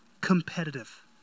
competitive